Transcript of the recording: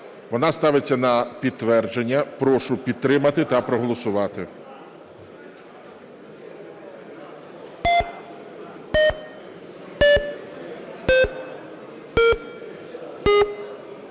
Вона ставиться на підтвердження. Прошу підтримати та проголосувати.